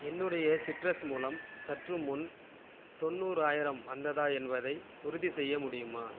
என்னுடைய சிட்ரஸ் மூலம் சற்றுமுன் தொண்ணூறாயிரம் வந்ததா என்பதை உறுதிசெய்ய முடியுமா